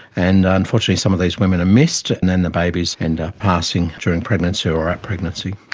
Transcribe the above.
and unfortunately some of these women are missed and then the babies end up passing during pregnancy or at pregnancy.